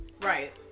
Right